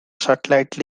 satellite